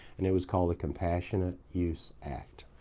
and it was called the compassionate use act.